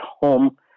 home